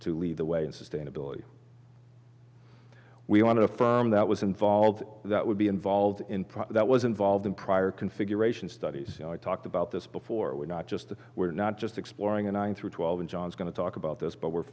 to lead the way in sustainability we want to firm that was involved that would be involved in profit that was involved in prior configuration studies i talked about this before we're not just we're not just exploring a nine through twelve and john's going to talk about this but we're